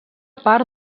part